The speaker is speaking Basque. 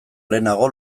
lehenago